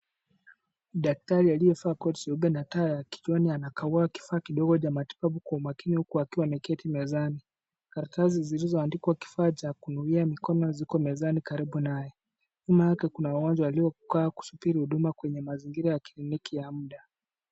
Daktari aliyevaa koti jeupe na taa ya kichwani anakagua kifaa kidogo cha matibabu kwa umakini huku akiwa ameketi mezani. Karatasi zilizoandikwa kifaa cha kunawia mikono ziko mezani karibu naye. Nyuma yake kuna mgonjwa aliyekaa kusubiri huduma kwenye mazingira ya kliniki ya muda.